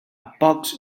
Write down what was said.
pox